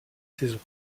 saisons